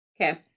Okay